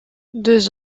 deux